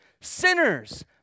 Sinners